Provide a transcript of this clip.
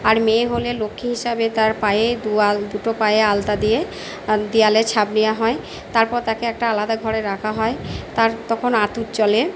আর মেয়ে হলে লক্ষ্মী হিসাবে তার পায়ের দু আল দুটো পায়ে আলতা দিয়ে দেওয়ালে ছাপ নেওয়া হয় তারপর তাকে একটা আলাদা ঘরে রাখা হয় তার তখন আঁতুড় চলে